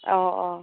औ औ